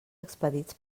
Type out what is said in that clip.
expedits